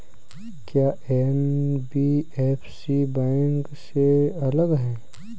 क्या NBFC bank से अलग है?